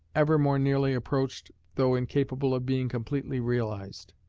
ever more nearly approached though incapable of being completely realized.